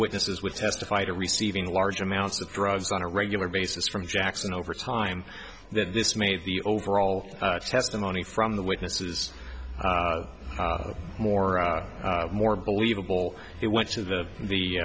witnesses would testify to receiving large amounts of drugs on a regular basis from jackson over time that this made the overall testimony from the witnesses more more believable it went to the